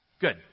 Good